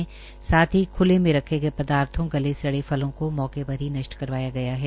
इसके साथ ही ख्ले में रखे गये पदार्थों गले सड़े फलों को मौके पर ही नष्ट करवाया गया हैं